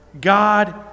God